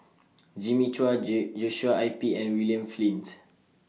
Jimmy Chua Joshua Ip and William Flint